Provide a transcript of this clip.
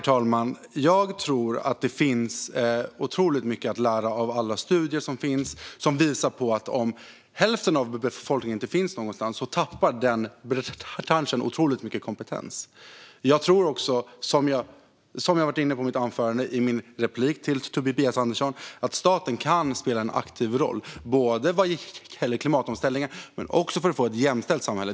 Herr talman! Jag tror att det finns otroligt mycket att lära av alla studier som visar följande: Om hälften av befolkningen inte är representerad i en bransch tappar den branschen otroligt mycket kompetens. Jag tror också, som jag var inne på i mitt anförande och i min replik till Tobias Andersson, att staten kan spela en aktiv roll vad gäller klimatomställningen men också när det gäller att få ett jämställt samhälle.